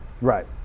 Right